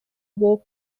vogue